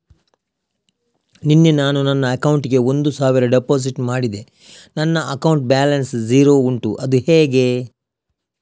ನಿನ್ನೆ ನಾನು ನನ್ನ ಅಕೌಂಟಿಗೆ ಒಂದು ಸಾವಿರ ಡೆಪೋಸಿಟ್ ಮಾಡಿದೆ ನನ್ನ ಅಕೌಂಟ್ ಬ್ಯಾಲೆನ್ಸ್ ಝೀರೋ ಉಂಟು ಅದು ಹೇಗೆ?